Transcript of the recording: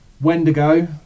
Wendigo